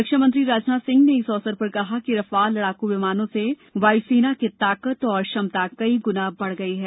रक्षा मंत्री राजनाथ सिंह ने इस अवसर पर कहा कि रफाल लड़ाकू विमान से वायु सेना की ताकत और क्षमता कई गुना बढ गयी है